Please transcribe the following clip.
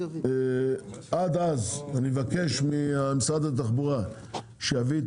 עד אז אני מבקש ממשרד התחבורה שיביא את